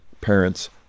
parents